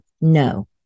No